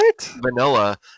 Vanilla